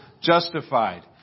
Justified